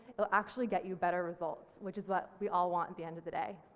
it'll actually get you better results, which is what we all want at the end of the day.